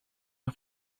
nog